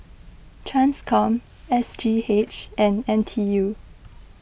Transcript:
Transcom S G H and N T U